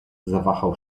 zawahał